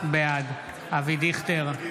בעד אבי דיכטר,